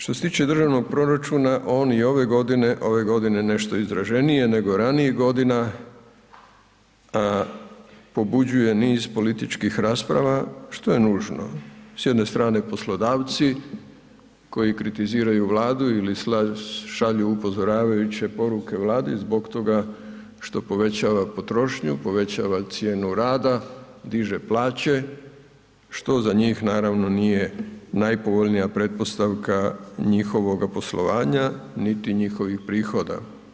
Što se tiče državnog proračuna, on i ove godine, ove godine je nešto izraženiji nego ranijih godina a pobuđuje niz političkih rasprava što je nužno, s jedne strane poslodavci koji kritiziraju Vladu ili šalju upozoravajuće poruke Vladi zbog toga što povećava potrošnju, povećava cijenu rada, diže plaće, što za njih naravno nije najpovoljnija pretpostavka njihovoga poslovanja niti njihovih prohoda.